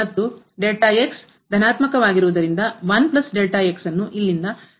ಮತ್ತು ಧನಾತ್ಮಕವಾಗಿರುವುದರಿಂದ ಅನ್ನು ಇಲ್ಲಿಂದ ಎಂದು ಲೆಕ್ಕಹಾಕಲಾಗುತ್ತದೆ